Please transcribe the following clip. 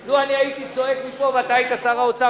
לו אני הייתי צועק מפה ואתה היית שר האוצר,